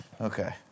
Okay